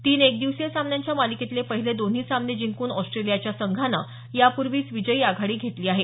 तीन एकदिवसीय सामन्यांच्या मालिकेतले पहिले दोन्ही सामने जिंकून ऑस्ट्रेलियाच्या संघानं यापूर्वीच विजयी आघाडी घेतली आहे